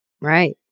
Right